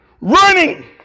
Running